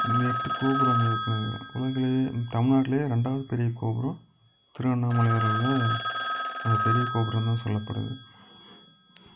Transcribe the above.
இங்க எட்டு கோபுரங்கள் இருக்குது உலகிலேயே தமிழ்நாட்லேயே ரெண்டாவது பெரிய கோபுரம் திருவண்ணாமலையாரோட அந்த பெரிய கோபுரந்தான் சொல்லப்படுது